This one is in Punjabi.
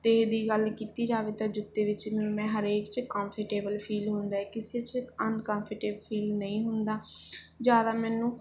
ਦੀ ਗੱਲ ਕੀਤੀ ਜਾਵੇ ਤਾਂ ਜੁੱਤੇ ਵਿੱਚ ਮੈਂ ਹਰੇਕ 'ਚ ਕੰਫਰਟੇਬਲ ਫੀਲ ਹੁੰਦਾ ਕਿਸੇ 'ਚ ਅਨਕੰਫਰਟੇਬਲ ਫੀਲ ਨਹੀਂ ਹੁੰਦਾ ਜ਼ਿਆਦਾ ਮੈਨੂੰ